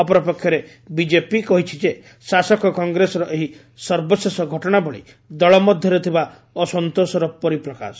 ଅପରପକ୍ଷରେ ବିଜେପି କହିଛି ଯେ ଶାସକ କଂଗ୍ରେସର ଏହି ସର୍ବଶେଷ ଘଟଣାବଳୀ ଦଳ ମଧ୍ୟରେ ଥିବା ଅସନ୍ତୋଷର ପରିପ୍ରକାଶ